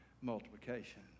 multiplication